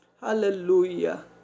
Hallelujah